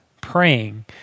praying